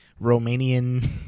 Romanian